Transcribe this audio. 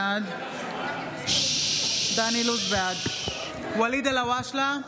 בעד ואליד אלהואשלה,